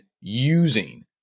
using